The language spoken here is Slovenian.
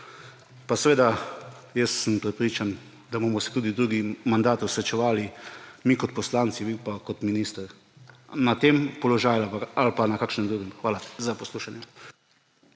pa seveda jaz sem prepričan, da se bomo tudi v drugih mandatih srečevali – mi kot poslanci, vi pa kot minister na tem položaju ali pa na kakšnem drugem. Hvala za poslušanje.